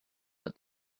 but